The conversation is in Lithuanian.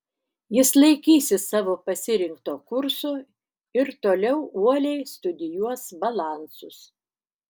jis laikysis savo pasirinkto kurso ir toliau uoliai studijuos balansus